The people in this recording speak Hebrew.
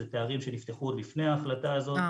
זה תארים שנפתחו עוד לפני ההחלטה הזאת,